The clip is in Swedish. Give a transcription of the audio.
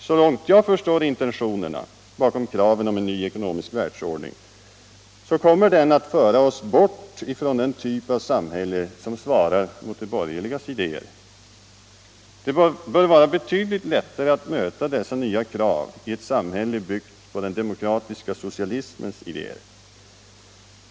Så långt jag förstår intentionerna bakom kraven på en ny ekonomisk världsordning kommer den att föra oss bort från den typ av samhälle som svarar mot Allmänpolitisk debatt Allmänpolitisk debatt de borgerligas idéer. Det bör vara betydligt lättare att möta dessa nya krav i ett samhälle, byggt på den demokratiska socialismens idéer.